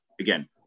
again